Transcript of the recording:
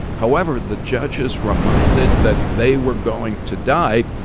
however, the judges reminded that they were going to die,